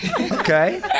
Okay